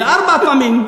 ארבע פעמים,